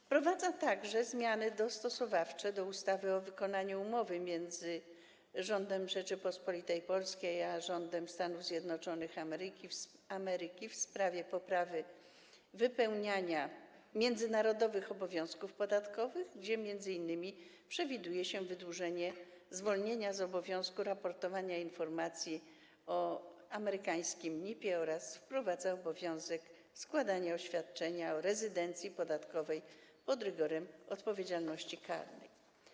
Wprowadza także zmiany dostosowawcze do ustawy o wykonywaniu umowy między rządem Rzeczypospolitej Polskiej a rządem Stanów Zjednoczonych Ameryki w sprawie poprawy wypełniania międzynarodowych obowiązków podatkowych, gdzie przewiduje się m.in. wydłużenie zwolnienia z obowiązku raportowania informacji o amerykańskim NIP oraz wprowadzenie obowiązku składania oświadczenia o rezydencji podatkowej pod rygorem odpowiedzialności karnej.